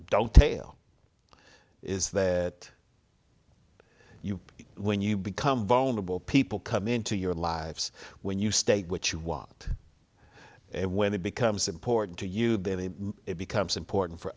don't tale is that you when you become vulnerable people come into your lives when you state what you want and when it becomes important to you then it becomes important for